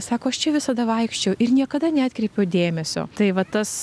sako aš čia visada vaikščioju ir niekada neatkreipiau dėmesio tai va tas